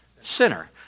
sinner